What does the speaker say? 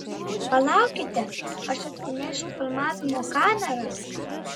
palaukite aš atsinešiu filmavimo kamerą